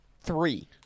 three